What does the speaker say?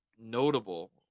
notable